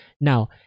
Now